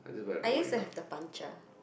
I used to have the puncher